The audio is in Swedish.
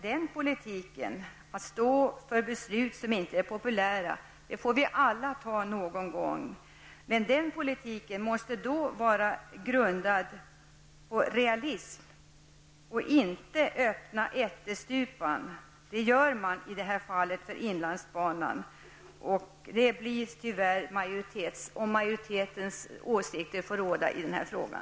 Den politiken -- att stå för beslut som inte är populära -- får vi alla föra någon gång. Men den politiken måste då vara grundad på realism -- och inte innebära att man förordar ättestupan. Det gör man för inlandsbanan om majoritetens åsikter får råda i den här frågan.